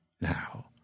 Now